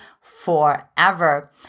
forever